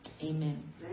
Amen